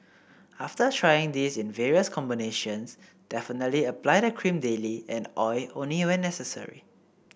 after trying this in various combinations definitely apply the cream daily and oil only when necessary